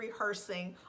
rehearsing